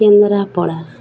Kendrapara